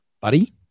buddy